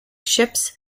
ships